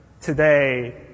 today